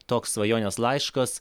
toks svajonės laiškas